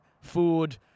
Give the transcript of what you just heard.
food